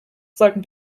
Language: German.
sollten